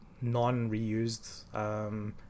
non-reused